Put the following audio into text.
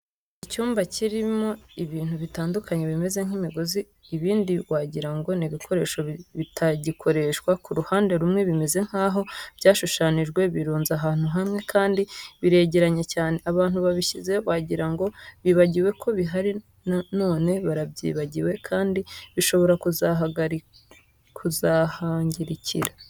Icyumba kirimo ibintu bitandukanye bimeze nk'imigozi ibindi wagira ngo ni ibikoresho bitagikoreshwa, ku ruhande rumwe bimeze nkaho byashushanyijwe, birunze ahantu hamwe kandi biregeranye cyane, abantu babihashyize wagira ngo bibagiwe ko bihari none barabyibagiwe kandi bishobora kuzahangirikira.